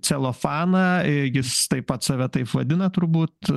celofaną į jis taip pat save taip vadina turbūt